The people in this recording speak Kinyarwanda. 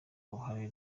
uruhare